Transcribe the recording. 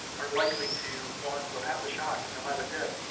are likely to, one, they'll have the shock and they'll have a dip,